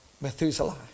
Methuselah